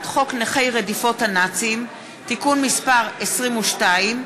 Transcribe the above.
חוק נכי רדיפות הנאצים (תיקון מס' 22),